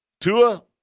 Tua